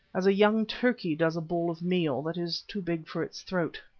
as a young turkey does a ball of meal that is too big for its throat.